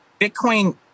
Bitcoin